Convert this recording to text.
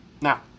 Now